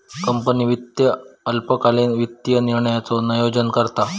company वित्त अल्पकालीन वित्तीय निर्णयांचा नोयोजन करता